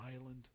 island